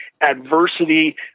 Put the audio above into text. adversity